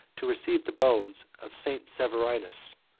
to receive the bones of st. severinus.